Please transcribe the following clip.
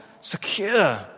secure